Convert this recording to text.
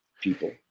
people